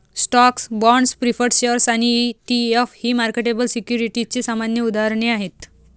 stocks, bonds, preferred shares आणि ETF ही marketable सिक्युरिटीजची सामान्य उदाहरणे आहेत